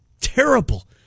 terrible